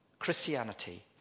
Christianity